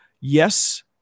yes